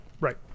Right